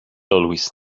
always